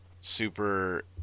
super